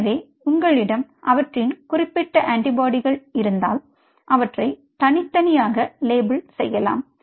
எனவே உங்களிடம் அவற்றின் குறிப்பிட்ட ஆன்டிபாடிகள் இருந்தால் அவற்றை தனித்தனியாக லேபிள் செய்யலாம்